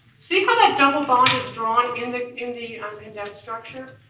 see how that double bond is drawn in the in the ah condensed structure?